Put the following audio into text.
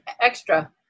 extra